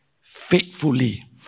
faithfully